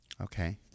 okay